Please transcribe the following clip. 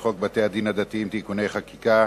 חוק בתי-הדין הדתיים (תיקוני חקיקה)